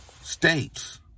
states